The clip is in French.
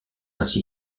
ainsi